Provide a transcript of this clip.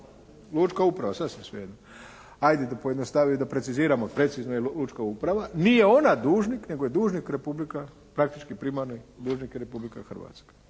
lučka uprava sasvim sve jedno. Ajde da pojednostavim i da preciziramo precizno lučka uprava, nije ona dužnik nego je dužnik Republika, praktički primarni dužnik je Republika Hrvatska,